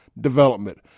development